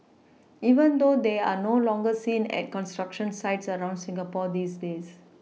even though they are no longer seen at construction sites around Singapore these days